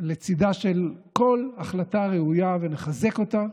לצידה של כל החלטה ראויה ונחזק אותה,